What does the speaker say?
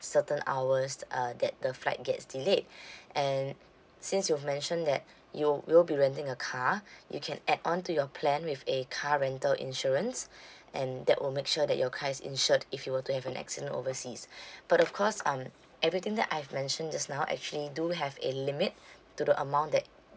certain hours uh that the flight gets delayed and since you've mentioned that you will be renting a car you can add on to your plan with a car rental insurance and that will make sure that your car is insured if you were to have an accident overseas but of course um everything that I've mentioned just now actually do have a limit to the amount that